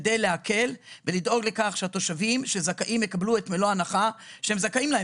כדי להקל ולדאוג לכך שהתושבים שזכאים יקבלו את מלוא ההנחה שהם זכאים לה.